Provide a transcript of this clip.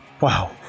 Wow